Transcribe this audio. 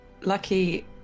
Lucky